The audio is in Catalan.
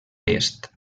est